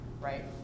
right